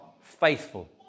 faithful